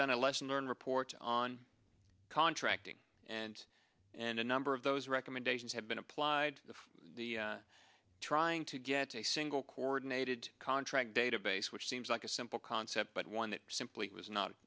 done a lesson learned report on contracting and and a number of those recommendations have been applied to the trying to get a single coordinated contract database which seems like a simple concept but one that simply was not